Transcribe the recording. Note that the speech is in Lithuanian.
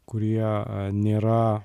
kurie nėra